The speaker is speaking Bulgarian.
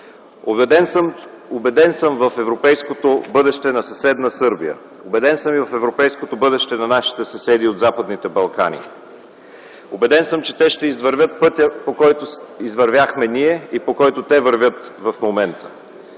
Убеден съм в европейското бъдеще на съседна Сърбия. Убеден съм и в европейското бъдеще на нашите съседи от Западните Балкани. Убеден съм, че те ще извървят пътя, който извървяхме ние и по който те вървят в момента.